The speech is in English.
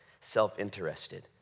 self-interested